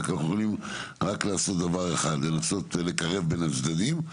אנחנו יכולים רק לעשות דבר אחד וזה לנסות לקרב בין הצדדים.